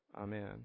Amen